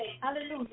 Hallelujah